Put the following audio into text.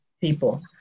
people